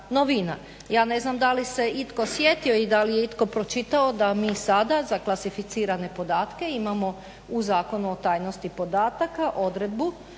Ja ne znam da li se itko sjetio i da li je itko pročitao da mi sada za klasificirane podatke imamo u Zakonu o tajnosti podataka odredbu